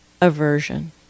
aversion